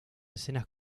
escenas